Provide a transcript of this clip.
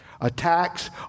attacks